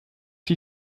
die